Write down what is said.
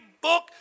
book